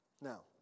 Now